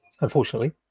unfortunately